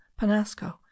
panasco